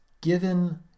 given